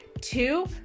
two